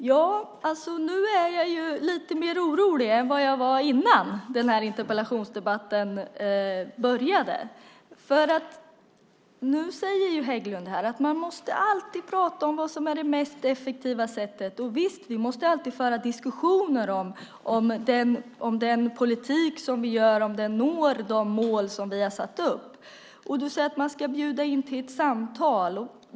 Fru talman! Nu är jag lite mer orolig än vad jag var innan den här interpellationsdebatten började. Nu säger Hägglund att man alltid måste prata om vilket som är det mest effektiva sättet. Visst måste vi alltid föra diskussioner om den politik som vi för når de mål som vi har satt upp. Han säger att man ska bjuda in till ett samtal.